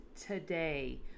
today